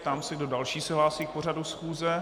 Ptám se, kdo další se hlásí k pořadu schůze.